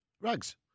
Rugs